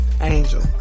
angel